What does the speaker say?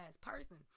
person